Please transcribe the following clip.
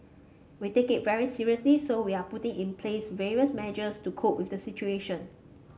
we take it very seriously so we are putting in place various measures to cope with the situation